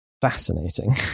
fascinating